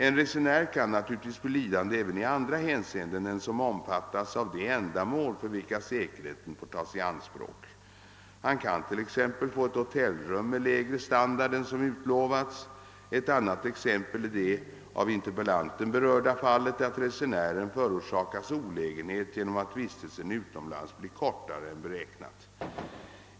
En resenär kan naturligtvis bli lidande även i andra hänseenden än som omfattas av de ändamål för vilka säkerheten får tas i anspråk. Han kan t.ex. få ett hotellrum med lägre standard än som utlovats. Ett annat exempel är det av interpellanten berörda fallet att resenären förorsakas olägenhet genom att vistelsen utomlands blir kortare än beräknat.